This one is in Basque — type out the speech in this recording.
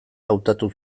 hautatu